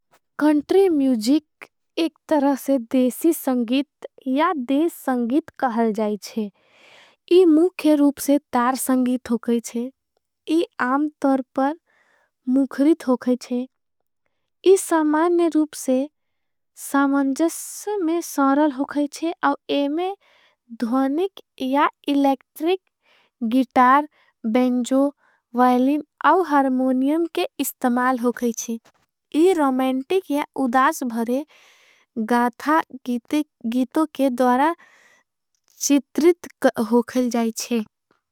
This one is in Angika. एक तरह से देशी संगीत या देश संगीत कहल जाईछे। इन मुखे रूप से तार संगीत हो गईछे इन आम तर पर। मुखरित हो गईछे इन सामारने रूप से सामनजस में। सारल हो गईछे और एमें धोनिक या इलेक्ट्रिक गितार। बेंजो वैलिन और हर्मोनियम के इस्तमाल हो गईछे इन। रोमांटिक या उदास भरे गाथा गीतों के द्वारा चित्रित हो गईछे।